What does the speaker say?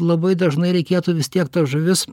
labai dažnai reikėtų vis tiek tas žuvis